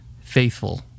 faithful